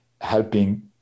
helping